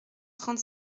trente